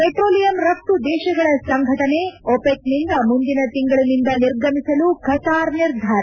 petroleum ರಫ್ತು ದೇಶಗಳ ಸಂಘಟನೆ ಒಪೆಕ್ನಿಂದ ಮುಂದಿನ ತಿಂಗಳಿನಿಂದ ನಿರ್ಗಮಿಸಲು ಖತಾರ್ ನಿರ್ಧಾರ